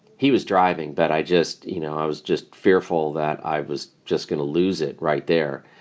he was driving. but i just you know, i was just fearful that i was just going to lose it right there.